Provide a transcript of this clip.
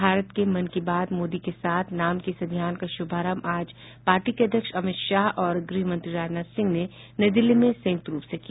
भारत के मन की बात मोदी के साथ नाम के इस अभियान का शुभारम्भ आज पार्टी के अध्यक्ष अमित शाह और गृहमंत्री राजनाथ सिंह ने नई दिल्ली में संयुक्त रूप से किया